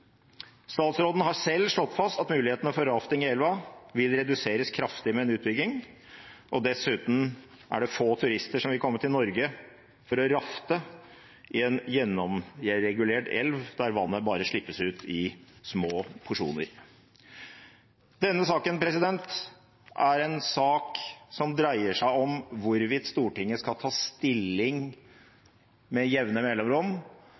Statsråden har selv slått fast at mulighetene for rafting i elva vil reduseres kraftig ved en utbygging. Dessuten er det få turister som vil komme til Norge for å rafte i en gjennomregulert elv, der vannet bare slippes ut i små porsjoner. Denne saken er en sak som dreier seg om hvorvidt Stortinget med jevne mellomrom skal ta stilling